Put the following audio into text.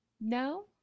No